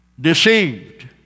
Deceived